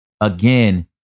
again